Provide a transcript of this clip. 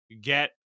get